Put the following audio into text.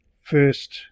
first